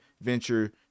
venture